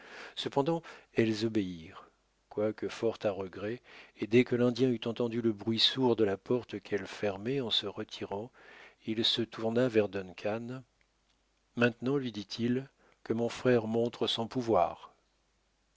cependant elles obéirent quoique fort à regret et dès que l'indien eut entendu le bruit sourd de la porte qu'elles fermaient en se retirant il se tourna vers duncan maintenant lui dit-il que mon frère montre son pouvoir